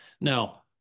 Now